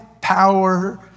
power